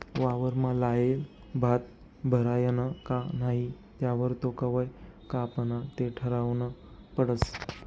वावरमा लायेल भात भरायना का नही त्यावर तो कवय कापाना ते ठरावनं पडस